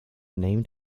named